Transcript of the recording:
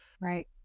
Right